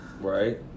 Right